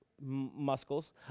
muscles